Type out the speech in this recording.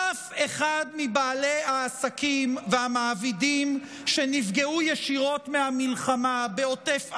אף אחד מבעלי העסקים והמעבידים שנפגעו ישירות מהמלחמה בעוטף עזה,